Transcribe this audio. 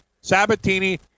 Sabatini